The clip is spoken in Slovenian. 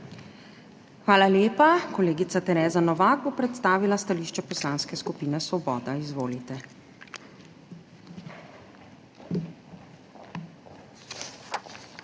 Hvala lepa. Kolegica Tereza Novak bo predstavila stališče Poslanske skupine Svoboda. Izvolite.